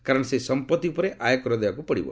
କାରଣ ସେହି ସମ୍ପତ୍ତି ଉପରେ ଆୟକର ଦେବାକୁ ପଡିବ